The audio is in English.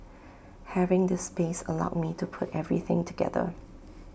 having this space allowed me to put everything together